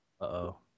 Uh-oh